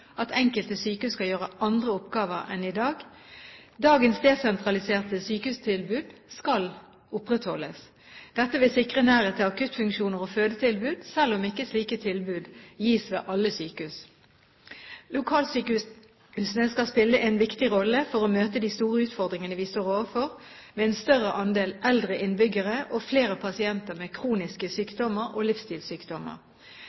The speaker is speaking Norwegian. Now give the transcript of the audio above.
at enkelte sykehus skal gjøre andre oppgaver enn i dag. Dagens desentraliserte sykehustilbud skal opprettholdes. Dette vil sikre nærhet til akuttfunksjoner og fødetilbud, selv om ikke slike tilbud gis ved alle sykehus. Lokalsykehusene skal spille en viktig rolle for å møte de store utfordringene vi står overfor, med en større andel eldre innbyggere og flere pasienter med kroniske